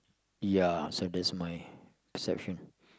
ya so that's my perception